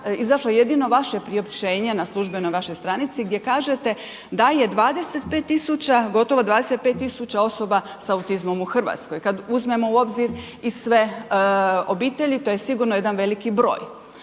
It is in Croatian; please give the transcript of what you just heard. izašlo jedino vaše priopćenje na službenoj vašoj stranici gdje kažete da je 25 tisuća, gotovo 25 tisuća osoba s autizmom u Hrvatskoj. Kad uzmemo u obzir i sve obitelji, to je sigurno jedan veliki broj